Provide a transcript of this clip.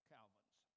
Calvin's